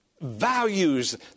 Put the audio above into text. values